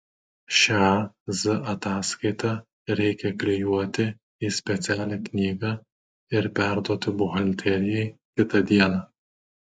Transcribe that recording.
šią z ataskaitą reikia klijuoti į specialią knygą ir perduoti buhalterijai kitą dieną